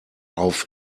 auf